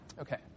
Okay